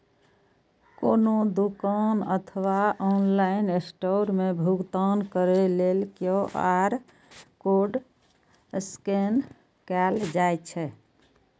कोनो दुकान अथवा ऑनलाइन स्टोर मे भुगतान करै लेल क्यू.आर कोड स्कैन कैल जाइ छै